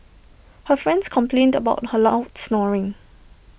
her friends complained about her loud snoring